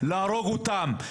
להרוג אותם,